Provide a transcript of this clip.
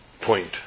point